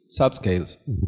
subscales